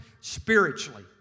spiritually